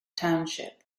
township